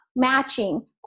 Matching